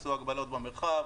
עשו הגבלות במרחב,